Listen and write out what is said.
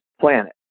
planet